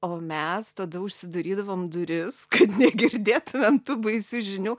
o mes tada užsidarydavom duris kad negirdėtų tų baisių žinių